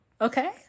okay